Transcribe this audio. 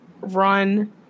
run